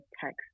text